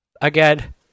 Again